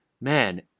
Man